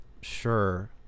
sure